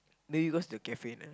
maybe because the caffeine ah